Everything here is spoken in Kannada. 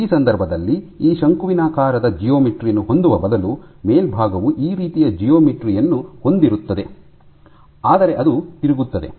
ಈ ಸಂದರ್ಭದಲ್ಲಿ ಈ ಶಂಕುವಿನಾಕಾರದ ಜಿಯೋಮೆಟ್ರಿ ಯನ್ನು ಹೊಂದುವ ಬದಲು ಮೇಲ್ಭಾಗವು ಈ ರೀತಿಯ ಜಿಯೋಮೆಟ್ರಿ ಯನ್ನು ಹೊಂದಿರುತ್ತದೆ ಆದರೆ ಅದು ತಿರುಗುತ್ತದೆ